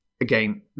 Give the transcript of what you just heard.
again